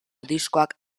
diskoak